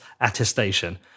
attestation